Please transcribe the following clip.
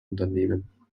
unternehmen